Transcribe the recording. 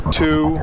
two